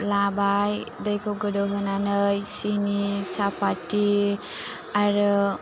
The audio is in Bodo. लाबाय दैखौ गोदौहोनानै सिनि साफाथि आरो